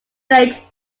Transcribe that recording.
late